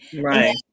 right